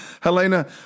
Helena